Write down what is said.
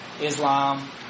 Islam